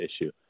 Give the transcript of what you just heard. issue